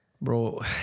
Bro